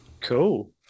cool